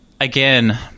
again